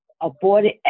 aborted